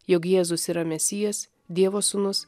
jog jėzus yra mesijas dievo sūnus